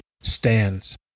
stands